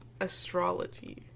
astrology